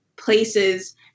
Places